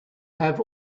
have